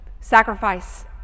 sacrifice